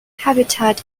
habitat